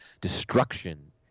Destruction